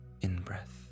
in-breath